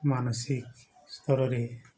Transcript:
ମାନସିକ ସ୍ତରରେ